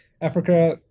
Africa